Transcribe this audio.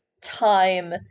time